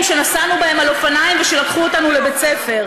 שנסענו בהם באופניים ושלקחו אותנו לבית ספר.